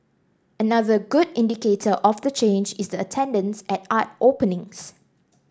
another good indicator of the change is the attendance at art openings